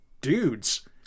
dudes